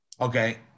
okay